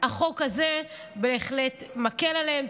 החוק הזה בהחלט מקל עליהם.